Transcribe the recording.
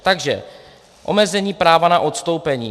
Takže omezení práva na odstoupení.